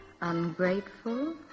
ungrateful